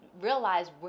realize